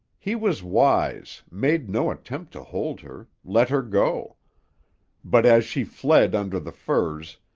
he was wise, made no attempt to hold her, let her go but, as she fled under the firs,